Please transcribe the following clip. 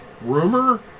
rumor